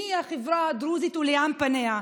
מי היא החברה הדרוזית ולאן פניה?